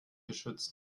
geschützt